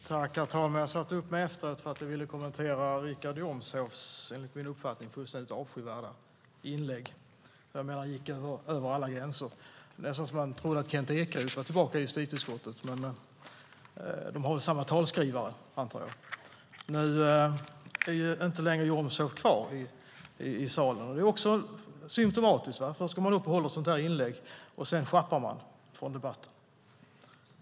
Herr talman! Jag satte upp mig på talarlistan därför att jag ville kommentera Richard Jomshofs, enligt min uppfattning, fullständigt avskyvärda inlägg. Där gick han över alla gränser. Det var nästan så att man trodde att Kent Ekeroth var tillbaka i justitieutskottet, men de har väl samma talskrivare, antar jag. Nu är Jomshof inte längre kvar i salen, och det är också symtomatiskt. Först går man upp och håller ett sådant här inlägg, och sedan sjappar man från debatten.